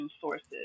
sources